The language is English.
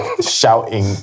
shouting